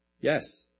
Yes